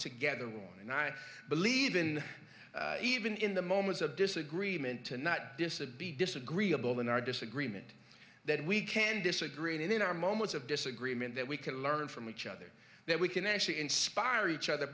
together with and i believe in even in the moments of disagreement and not disobey disagreeable in our disagreement that we can disagree and in our moments of disagreement that we can learn from each other that we can actually inspire each other